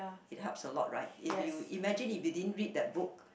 it helps a lot right if you imagine if you didn't read that book